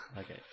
Okay